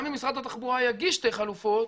גם אם משרד התחבורה יגיש שתי חלופות,